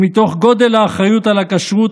ומתוך גודל האחריות על הכשרות,